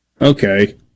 okay